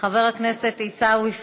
חבר הכנסת עיסאווי פריג'